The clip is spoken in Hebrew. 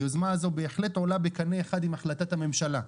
היוזמה הזאת בהחלט עולה בקנה אחד עם החלטת הממשלה.